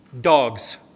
dogs